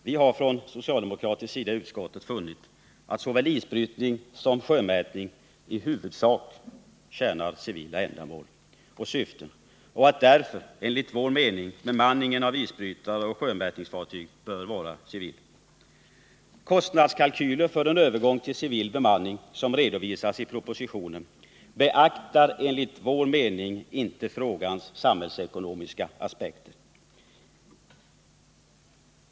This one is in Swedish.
Vi har från socialdemokratisk sida i utskottet funnit att såväl isbrytning som sjömätning tjänar i huvudsak civila ändamål och syften och att därför enligt vår mening bemanningen av isbrytare och sjömätningsfartyg bör vara civil. De kostnadskalkyler för en övergång till civil bemanning som redovisas i propositionen beaktar enligt vår mening inte frågans samhällsekonomiska aspekter.